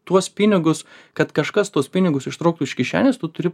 tuos pinigus kad kažkas tuos pinigus ištrauktų iš kišenės tu turi